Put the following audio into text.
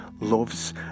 loves